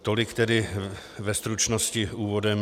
Tolik tedy ve stručnosti úvodem.